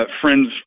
friends